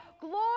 Glory